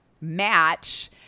match